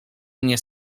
mnie